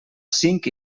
cinc